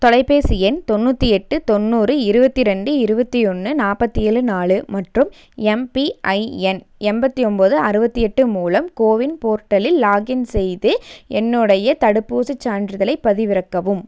தொலைபேசி எண் தொண்ணூற்றி எட்டு தொண்ணூறு இருபத்தி ரெண்டு இருபத்தி ஒன்று நாற்பத்தி ஏழு நாலு மற்றும் எம்பிஐஎன் எண்பத்தி ஒம்போது அறுபத்தி எட்டு மூலம் கோவின் போர்ட்டலில் லாகின் செய்து என்னுடைய தடுப்பூசி சான்றிதழை பதிவிறக்கவும்